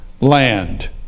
land